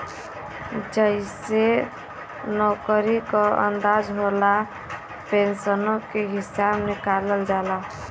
जइसे नउकरी क अंदाज होला, पेन्सनो के हिसब निकालल जाला